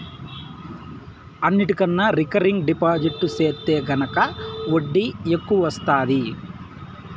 అన్నిటికన్నా recurring deposit సెత్తే గనక ఒడ్డీ ఎక్కవొస్తాది